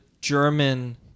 German